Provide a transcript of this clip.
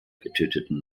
getöteten